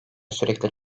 sürekli